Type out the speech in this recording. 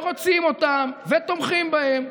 רוצים אותם ותומכים בהם,